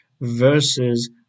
versus